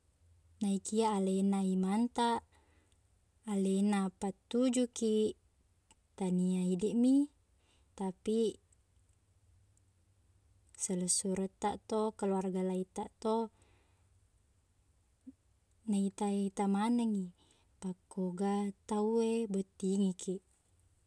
Naikia alena imangtaq, alena pattujukiq, tania idiqmi, tapi silessurettaq to, keluarga laittaq to, naita-ita manengngi pekkoga tauwe bottingikiq.